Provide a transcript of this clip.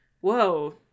whoa